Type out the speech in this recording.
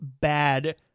bad